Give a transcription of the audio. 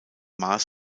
maß